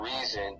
reason